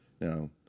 now